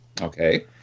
okay